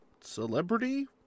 Celebrity